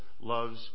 loves